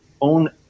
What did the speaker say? own